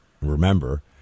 remember